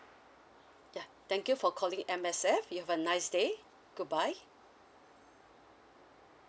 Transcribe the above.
yeah thank you for calling M_S_F you have a nice day goodbye